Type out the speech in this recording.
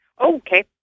Okay